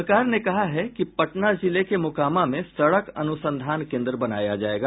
सरकार ने कहा है कि पटना जिले के मोकामा में सड़क अनुसंधान केन्द्र बनाया जायेगा